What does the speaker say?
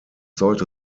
sollte